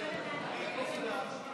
לאוכלוסיות מיוחדות.